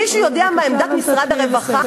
מישהו יודע מה עמדת משרד הרווחה,